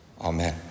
Amen